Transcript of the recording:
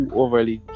overly